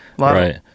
Right